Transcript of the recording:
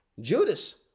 Judas